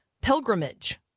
pilgrimage